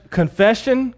confession